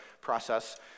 process